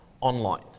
online